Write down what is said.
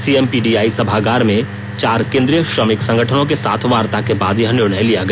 CMPDI सभागार में चार केंद्रीय श्रमिक संगठनों के साथ वार्ता के बाद यह निर्णय लिया गया